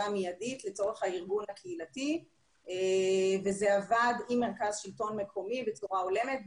מיידית לצורך הארגון הקהילתי וזה עבד עם מרכז שלטון מקומי בצורה הולמת.